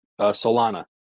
Solana